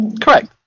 Correct